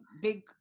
big